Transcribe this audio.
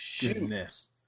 goodness